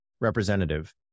representative